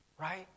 Right